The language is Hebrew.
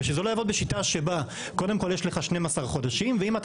ושזה לא יבוא בשיטה שבה קודם כל יש לך 12 חודשים ואם אתה